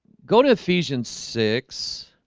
go to ephesians six